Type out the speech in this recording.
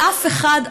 שאף אחד,